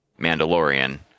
Mandalorian